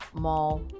mall